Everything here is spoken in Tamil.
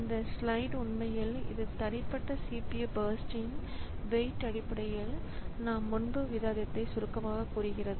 இந்த ஸ்லைடு உண்மையில் இந்த தனிப்பட்ட CPU பர்ஸ்ட்ன் இந்த வெயிட் அடிப்படையில் நாம் முன்பு விவாதித்ததை சுருக்கமாகக் கூறுகிறது